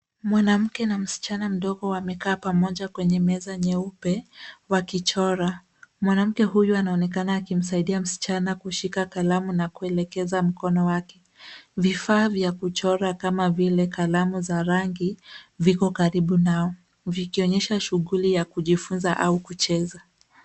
Mwanamke na msichana mdogo wamekaa pamoja kwenye meza nyeupe wakichora. Mwanamke huyu anaonekana akimsaidia msichana kushika kalamu na kuelekeza mkono wake. Vifaa vya kuchora kama vile kalamu za rangi viko karibu nao vikionyesha shughuli ya kujifunza au kucheza.